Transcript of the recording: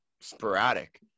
sporadic